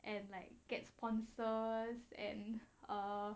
and like get sponsors and err